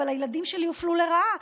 אבל הילדים שלי הופלו לרעה,